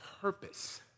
purpose